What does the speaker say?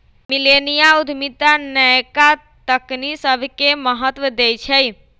मिलेनिया उद्यमिता नयका तकनी सभके महत्व देइ छइ